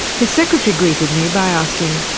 his secretary greeted me by asking,